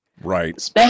Right